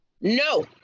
No